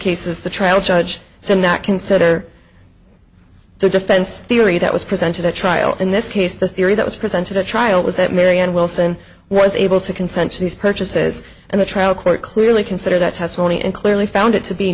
cases the trial judge said that consider the defense theory that was presented at trial in this case the theory that was presented at trial was that marion wilson was able to consent to these purchases and the trial court clearly consider that testimony and clearly found it to be